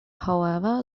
however